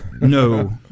No